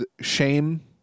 Shame